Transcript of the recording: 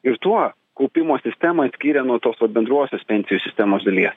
ir tuo kaupimo sistemą atskyrė nuo tos vat bendrosios pensijų sistemos dalies